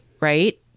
right